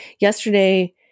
yesterday